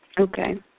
Okay